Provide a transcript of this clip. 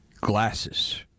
glasses